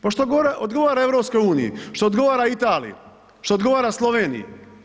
Pa što odgovara EU, što odgovara Italiji, što odgovara Sloveniji.